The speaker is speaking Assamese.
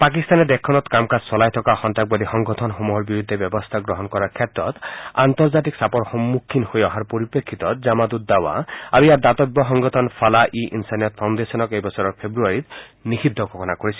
পাকিস্তানে দেশখনত কাম কাজ চলাই থকা সন্ত্ৰাসবাদী সংগঠনসমূহৰ বিৰুদ্ধে ব্যৱস্থা গ্ৰহণ কৰাৰ ক্ষেত্ৰত আন্তৰ্জাতিক চাপৰ সন্মুখীন হৈ অহাৰ পৰিপ্ৰেক্ষিতত জামাত উদ দাৱা আৰু ইয়াৰ দাতব্য সংগঠন ফলাহ ই ইনছানিয়ত ফাউশুেশ্যনক এই বছৰৰ ফেব্ৰুৱাৰীত নিষিদ্ধ ঘোষণা কৰিছিল